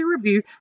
review